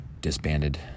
disbanded